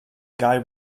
guy